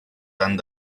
tant